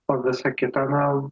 o visa kita na